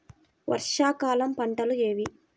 వర్షాకాలం పంటలు ఏవి?